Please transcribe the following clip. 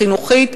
החינוכית.